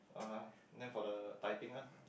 uh name for the typing [one]